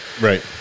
right